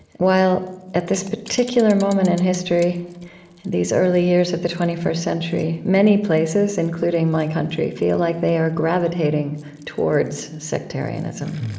while at this particular moment in history, in these early years of the twenty first century, many places, including my country, feel like they are gravitating towards sectarianism.